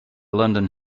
london